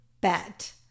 bet